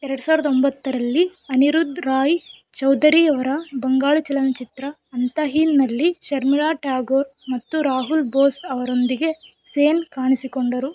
ಎರಡು ಸಾವಿರದ ಒಂಬತ್ತರಲ್ಲಿ ಅನಿರುದ್ಧ್ ರಾಯ್ ಚೌಧರಿ ಅವರ ಬಂಗಾಳಿ ಚಲನಚಿತ್ರ ಅಂತಹೀನ್ನಲ್ಲಿ ಶರ್ಮಿಳಾ ಟ್ಯಾಗೋರ್ ಮತ್ತು ರಾಹುಲ್ ಬೋಸ್ ಅವರೊಂದಿಗೆ ಸೇನ್ ಕಾಣಿಸಿಕೊಂಡರು